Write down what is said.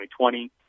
2020